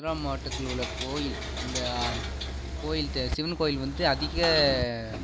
திருவாரூர் மாவட்டத்தில் உள்ள கோயில் அந்த கோயில் த சிவன் கோயில் வந்துவ்ட்டு அதிக